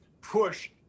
push